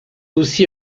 aussi